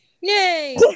Yay